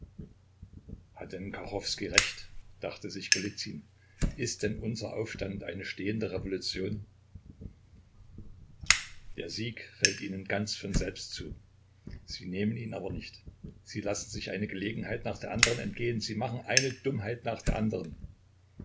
recht dachte sich golizyn ist denn unser aufstand eine stehende revolution der sieg fällt ihnen ganz von selbst zu sie nehmen ihn aber nicht sie lassen sich eine gelegenheit nach der andern entgehen sie machen eine dummheit nach der andern